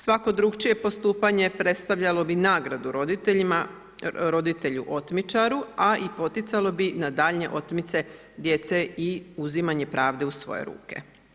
Svako drukčije postupanje predstavljalo bi nagradu roditeljima, roditelju otmičaru, a i poticalo bi na daljnje otmice djece i uzimanje pravde u svoje ruke.